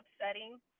upsetting